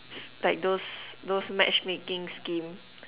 like those those matchmaking scheme